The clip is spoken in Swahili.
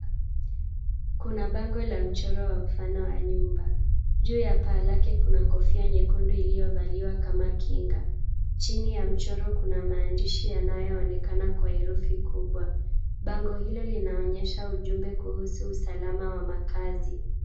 Kuna pango la mchoro wa mfano wa nyumba juu la paa lake kuna kofia nyekundu ilivaliwa kama kinga, chini ya mchoro kuna maandishi yanaonekana kwa herufi kubwa. Pango hilo linaonyesha ujumbe kuhusu usalama wa makazi.